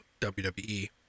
WWE